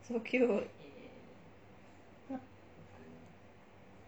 so cute